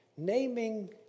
Naming